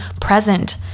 present